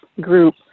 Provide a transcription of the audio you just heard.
group